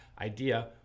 idea